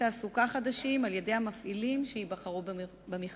תעסוקה חדשים על-ידי המפעילים שייבחרו במכרז.